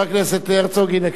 הנה,